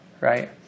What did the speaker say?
right